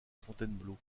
fontainebleau